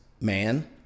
man